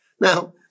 Now